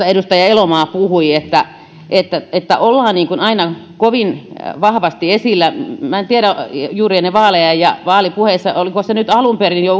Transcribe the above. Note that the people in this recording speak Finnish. edustaja elomaa puhui että että ollaan aina kovin vahvasti esillä juuri ennen vaaleja ja vaalipuheissa minä en tiedä oliko se nyt alun perin jo